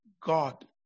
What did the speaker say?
God